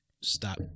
stop